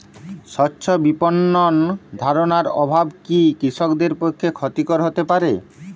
স্বচ্ছ বিপণন ধারণার অভাব কি কৃষকদের পক্ষে ক্ষতিকর হতে পারে?